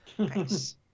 Nice